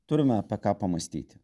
turime apie ką pamąstyti